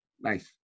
Nice